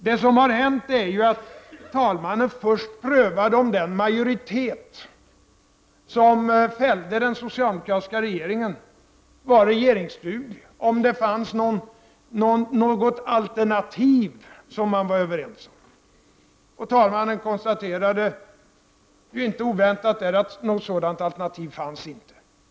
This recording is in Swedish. Det som har hänt är ju att talmannen först prövade om den majoritet som fällde den socialdemokratiska regeringen var regeringsduglig, om det fanns något alternativ som man var överens om. Talmannen konstaterade ju inte oväntat att något sådant alternativ inte fanns.